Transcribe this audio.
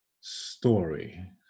story